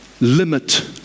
limit